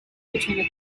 between